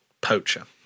poacher